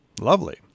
Lovely